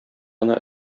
кына